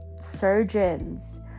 surgeons